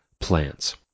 plants